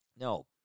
No